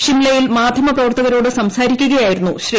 ഷിംലയിൽ മാധ്യമപ്രവർത്തകരോട് സംസാരിക്കുകയായിരുന്നു ശ്രീ